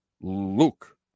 Luke